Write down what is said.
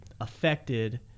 affected